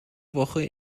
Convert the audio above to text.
woche